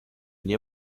nie